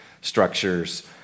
structures